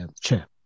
Chair